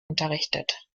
unterrichtet